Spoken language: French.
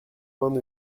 vingts